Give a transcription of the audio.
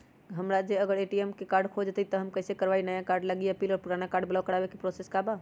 हमरा से अगर ए.टी.एम कार्ड खो जतई तब हम कईसे करवाई नया कार्ड लागी अपील और पुराना कार्ड ब्लॉक करावे के प्रोसेस का बा?